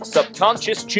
Subconscious